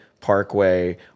Parkway